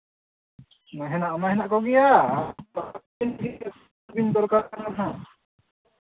ᱦᱮᱱᱟᱜ ᱢᱟ ᱦᱮᱱᱟᱜ ᱠᱚᱜᱮᱭᱟ ᱛᱤᱱᱟᱹᱜ ᱵᱤᱱ ᱫᱚᱨᱠᱟᱨ ᱠᱟᱱᱟ ᱦᱟᱸᱜ